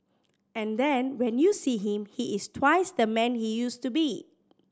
and then when you see him he is twice the man he used to be